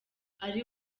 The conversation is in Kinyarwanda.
ari